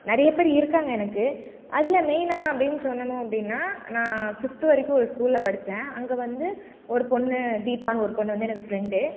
நிறைய பேர் இருக்காங்க எனக்கு அதில் மெயினாக அப்படினு சொல்லணும் அப்படினா நான் ஃபிஃப்த் வரைக்கும் ஒரு ஸ்கூலில் படித்தேன் அங்கே வந்து ஒரு பொண்ணு தீபானு ஒரு பெண்ணு வந்து எனக்கு ஃப்ரெண்டு